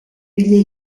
piglia